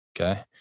Okay